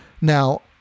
Now